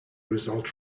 result